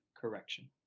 correction